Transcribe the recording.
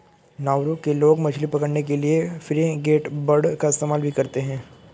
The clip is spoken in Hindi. नाउरू के लोग मछली पकड़ने के लिए फ्रिगेटबर्ड का इस्तेमाल भी करते हैं